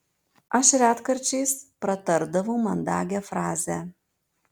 aš retkarčiais pratardavau mandagią frazę